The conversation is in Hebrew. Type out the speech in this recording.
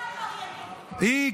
מי העבריינית?